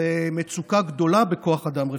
זה מצוקה גדולה בכוח אדם רפואי.